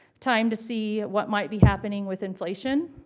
time to see what might be happening with inflation,